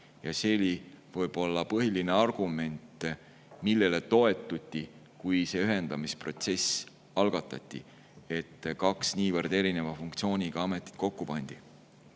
See oli võib-olla põhiline argument, millele toetuti, kui see ühendamisprotsess algatati ja kaks niivõrd erineva funktsiooniga ametit kokku pandi.